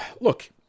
Look